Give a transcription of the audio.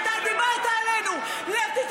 אתה דיברת אלינו בצורה מזעזעת.